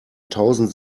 tausend